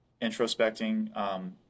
introspecting